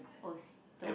oh Sitoh